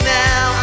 now